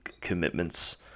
commitments